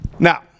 Now